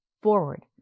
Forward